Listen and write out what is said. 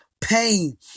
pain